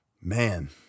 Man